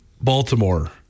Baltimore